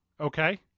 okay